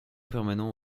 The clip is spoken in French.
permanent